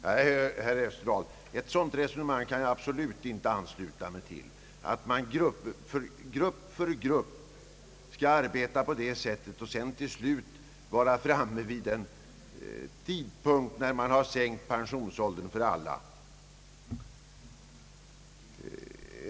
Nej, herr Österdahl, ett sådant resonemang kan jag absolut inte ansluta mig till, att man för grupp efter grupp skulle arbeta på det sättet och till slut vara framme vid sänkt pensionsålder för alla.